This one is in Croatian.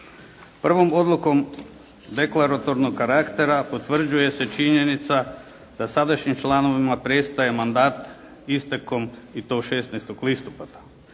Prvo odlukom deklaratornog karaktera potvrđuje se činjenica da sadašnjim članovima prestaje mandat istekom i to 16. listopada.